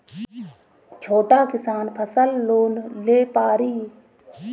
छोटा किसान फसल लोन ले पारी?